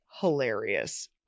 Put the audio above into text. hilarious